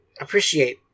appreciate